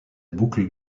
boucle